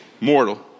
mortal